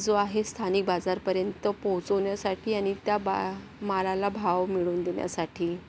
जो आहे स्थानिक बाजारपर्यंत पोचवण्यासाठी आणि त्या बा मालाला भाव मिळवून देण्यासाठी